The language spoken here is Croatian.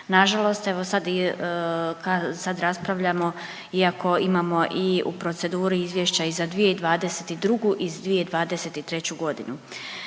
nažalost evo sad i, sad raspravljamo iako imamo i u proceduri izvješća i za 2022. i 2023.g..